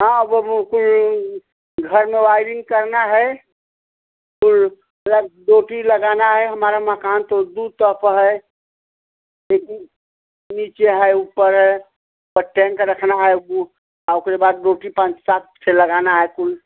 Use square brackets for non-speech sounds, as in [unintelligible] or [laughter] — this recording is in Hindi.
हँ [unintelligible] घर में वाइरिंग करना है मतलब टोंटी लगाना है हमारा मकान तो दो तह प है नीचे है ऊपर हे और टैंक रखना है ओकरे बाद टोंटी पाँच सात छः लगाना है कुल